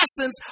essence